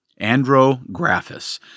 Andrographis